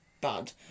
bad